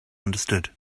understood